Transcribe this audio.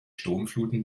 sturmfluten